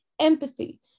empathy